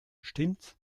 stimmts